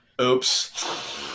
Oops